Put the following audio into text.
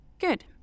Good